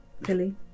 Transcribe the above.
Billy